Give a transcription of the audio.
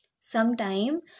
Sometime